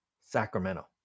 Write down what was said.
Sacramento